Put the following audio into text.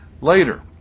later